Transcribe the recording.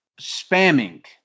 spamming